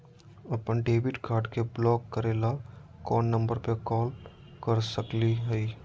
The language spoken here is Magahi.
अपन डेबिट कार्ड के ब्लॉक करे ला कौन नंबर पे कॉल कर सकली हई?